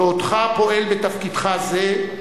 ועודך פועל בתפקידך זה,